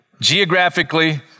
geographically